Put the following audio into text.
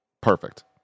perfect